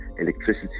electricity